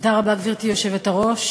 תודה רבה, גברתי היושבת-ראש.